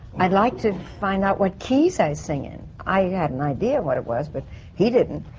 i'd like to find out what keys i sing in. i had an idea what it was, but he didn't,